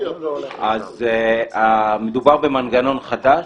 אז מדובר במנגנון חדש,